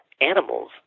animals